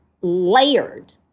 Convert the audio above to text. layered